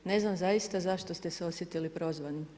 Ne znam zaista zašto ste se osjetili prozvanim.